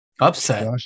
Upset